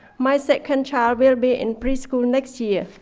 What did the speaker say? my second child will be in preschool next year.